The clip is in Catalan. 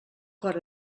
cor